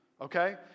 okay